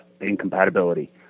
incompatibility